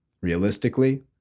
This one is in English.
realistically